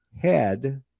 head